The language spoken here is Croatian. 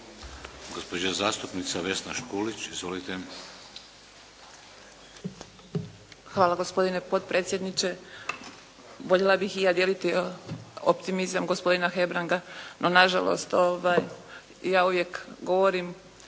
Gospođa zastupnica Vesna Škulić. Izvolite. **Škulić, Vesna (SDP)** Hvala gospodine potpredsjedniče. Voljela bih i ja dijeliti optimizam gospodina Hebranga no nažalost ja uvijek govorim